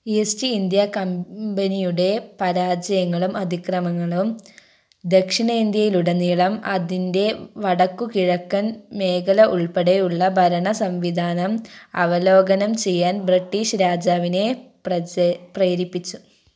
east India കമ്പനിയുടെ പരാജയങ്ങളും അതിക്രമങ്ങളും ദക്ഷിണേന്ത്യയിലുടനീളം അതിൻ്റെ വടക്കു കിഴക്കൻ മേഖല ഉൾപ്പെടെയുള്ള ഭരണ സംവിധാനം അവലോകനം ചെയ്യാൻ ബ്രിട്ടീഷ് രാജാവിനെ പ്രേരിപ്പിച്ചു